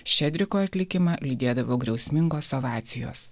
ščedriko atlikimą lydėdavo griausmingos ovacijos